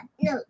no